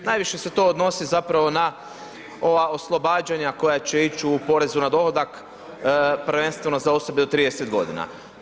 Najviše se to odnosi zapravo na ova oslobađanja koja će ići u porezu na dohodak prvenstveno za osobe do 30 godina.